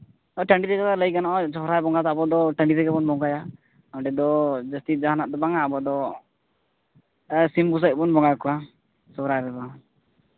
ᱴᱟᱺᱰᱤ ᱨᱮᱭᱟᱜ ᱫᱚ ᱞᱟᱹᱭ ᱜᱟᱱᱚᱜᱼᱟ ᱥᱚᱦᱚᱨᱟᱭ ᱵᱚᱸᱜᱟ ᱫᱚ ᱟᱵᱚ ᱫᱚ ᱴᱟᱺᱰᱤ ᱨᱮᱜᱮ ᱵᱚᱱ ᱵᱚᱸᱜᱟᱭᱟ ᱚᱸᱰᱮ ᱫᱚ ᱡᱟᱹᱥᱛᱤ ᱡᱟᱦᱟᱱᱟᱜ ᱫᱚ ᱵᱟᱝᱟ ᱟᱵᱚ ᱫᱚ ᱥᱤᱢ ᱵᱩᱥᱟᱹᱜ ᱵᱚᱱ ᱵᱚᱸᱜᱟ ᱠᱚᱣᱟ ᱥᱚᱦᱚᱨᱟᱭ ᱵᱚᱸᱜᱟ